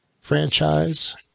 franchise